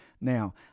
Now